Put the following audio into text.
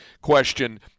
question